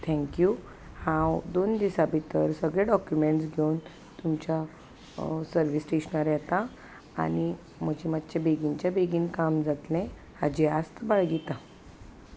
thank you हांव दोन दिसां भितर सगळे डॉक्युमेंट्स घेवन तुमच्या सर्वीस स्टेशनार येता आनी म्हजें मातशें बेगीनचें बेगीन काम जातलें हाची आस्त बाळगिता